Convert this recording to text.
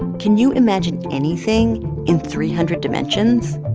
can you imagine anything in three hundred dimensions?